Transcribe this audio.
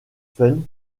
fund